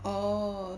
oh